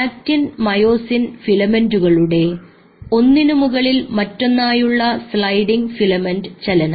actin myosin filament കളുടെ ഒന്നിനുമുകളിൽ മറ്റൊന്നായുള്ള സ്ലൈഡിങ് ഫിലമെൻറ് ചലനം